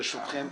ברשותכם,